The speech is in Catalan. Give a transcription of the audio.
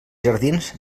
jardins